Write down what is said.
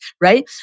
right